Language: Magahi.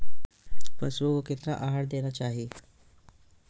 पशुओं को कितना आहार देना चाहि?